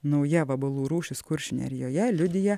nauja vabalų rūšis kuršių nerijoje liudija